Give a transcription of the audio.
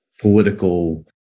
political